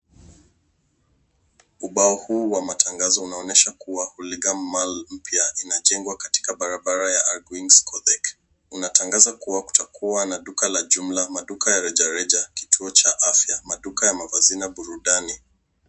Ubao huu wa matangazo unaonyesha kuwa Uliga Maal mpya unajengwa katika barabara ya ArquinsKotec. Unatangaza kuwa kutakua na duka ya jumla, maduka ya rejareja, kituo cha afya na maduka ya hazina na burudani.